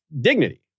dignity